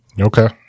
Okay